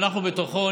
ואנחנו בתוכו,